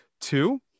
Two